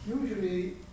Usually